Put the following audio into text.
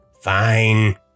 fine